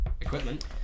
equipment